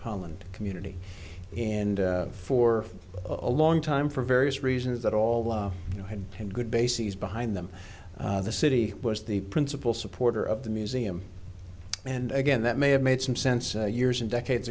holland community and for a long time for various reasons that all you know had been good bases behind them the city was the principal supporter of the museum and again that may have made some sense years and decades